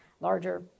larger